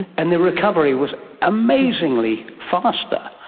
and their recovery was amazingly faster.